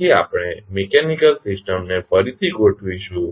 તેથી આપણે મિકેનીકલ સિસ્ટમને ફરીથી ગોઠવીશું